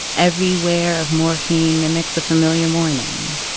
every wear of morphine mimics a familiar morning,